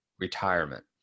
retirement